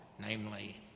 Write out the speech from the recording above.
namely